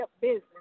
business